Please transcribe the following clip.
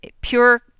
pure